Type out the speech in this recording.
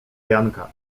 janka